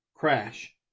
Crash